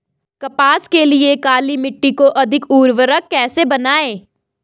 कपास के लिए काली मिट्टी को अधिक उर्वरक कैसे बनायें?